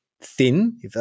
Thin